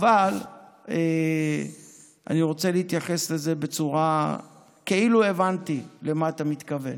אבל אני רוצה להתייחס לזה כאילו הבנתי למה אתה מתכוון,